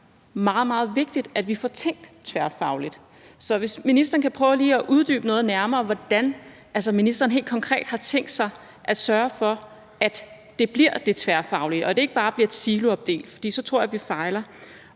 meget, meget vigtigt, at vi får tænkt tværfagligt. Så hvis ministeren kan prøve lige at uddybe noget nærmere, hvordan ministeren helt konkret har tænkt sig at sørge for, at det bliver det tværfaglige, og at det ikke bare bliver siloopdelt, for så tror jeg, vi fejler.